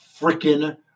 freaking